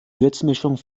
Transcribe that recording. würzmischung